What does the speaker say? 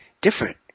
different